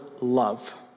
love